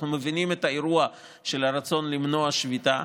אנחנו מבינים את האירוע של הרצון למנוע שביתה,